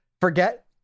forget